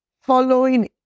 following